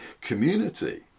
community